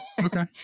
okay